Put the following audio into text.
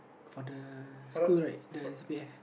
but the school right the is a bit have